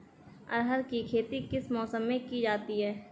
अरहर की खेती किस मौसम में की जाती है?